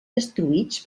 destruïts